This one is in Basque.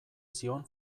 zion